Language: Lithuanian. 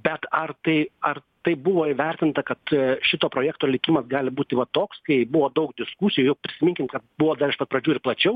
bet ar tai ar tai buvo įvertinta kad šito projekto likimas gali būti va toks kai buvo daug diskusijų prisiminkim kad buvo dar iš pat pradžių ir plačiau